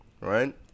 right